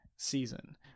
season